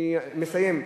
אני מסיים.